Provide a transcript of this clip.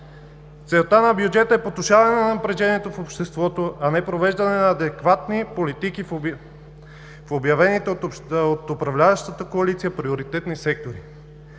Целта на бюджета е потушаване на напрежението в обществото, а не провеждане на адекватни политики в обявените от управляващата коалиция приоритетни сектори.